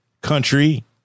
country